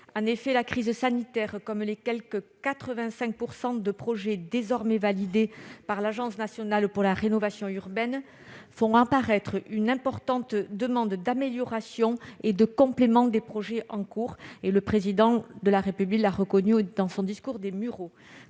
En effet, la crise sanitaire et les quelque 85 % de projets désormais validés par l'Agence nationale pour la rénovation urbaine font apparaître une importante demande d'amélioration et de complément des projets en cours. Le Président de la République l'a reconnu dans son discours aux Mureaux.